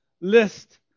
List